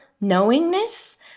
knowingness